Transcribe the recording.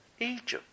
Egypt